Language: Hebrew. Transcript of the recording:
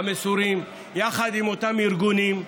המסורים, יחד עם אותם ארגונים,